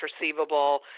receivable